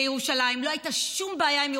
לא הייתה שום בעיה עם ירושלים.